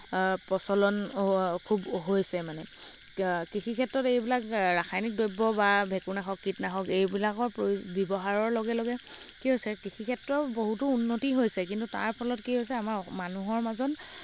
প্ৰচলন খুব হৈছে মানে কৃষি ক্ষেত্ৰত এইবিলাক ৰাসায়নিক দ্ৰব্য বা ভেকুৰনাশক কীটনাশক এইবিলাকৰ প্ৰ ব্যৱহাৰৰ লগে লগে কি হৈছে কৃষিক্ষেত্ৰৰ বহুত উন্নতি হৈছে কিন্তু তাৰ ফলত কি হৈছে আমাৰ মানুহৰ মাজত